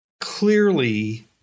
Clearly